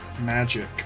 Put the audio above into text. magic